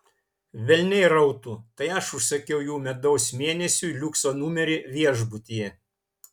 velniai rautų tai aš užsakiau jų medaus mėnesiui liukso numerį viešbutyje